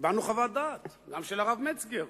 קיבלנו חוות דעת, גם של הרב מצגר.